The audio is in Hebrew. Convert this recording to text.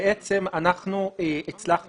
זה לא יעד מצטבר.